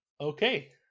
okay